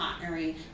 partnering